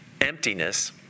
emptiness